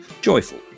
joyful